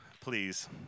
Please